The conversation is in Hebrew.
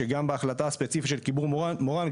שגם בהחלטה הספציפית של קיבוץ מורן,